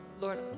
Lord